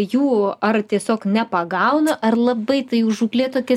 jų ar tiesiog nepagauna ar labai ta jų žūklė tokia